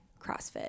crossfit